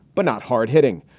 but not hard hitting.